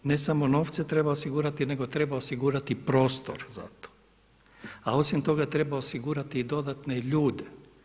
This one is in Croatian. Ne samo novce treba osigurati nego treba osigurati prostor za to, a osim toga treba osigurati i dodatne ljude.